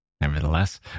Nevertheless